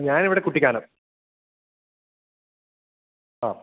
ഞാനിവിടെ കുട്ടിക്കാനം ആ